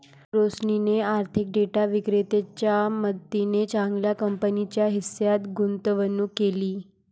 रोशनीने आर्थिक डेटा विक्रेत्याच्या मदतीने चांगल्या कंपनीच्या हिश्श्यात गुंतवणूक केली